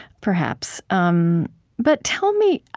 perhaps. um but tell me,